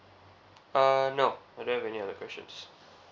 uh no I don't have any other questions